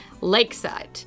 Lakeside